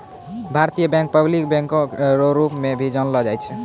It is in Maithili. भारतीय बैंक पब्लिक बैंको रो रूप मे भी जानलो जाय छै